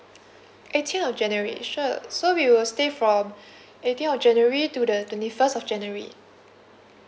eighteenth of january sure so we will stay from eighteenth of january to the twenty first of january